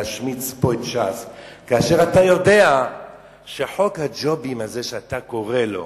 להשמיץ פה את ש"ס כאשר אתה יודע שב"חוק הג'ובים" הזה שאתה קורא לו,